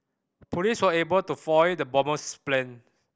police were able to foil the bomber's plan